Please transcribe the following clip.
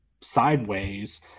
sideways